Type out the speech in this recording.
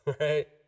Right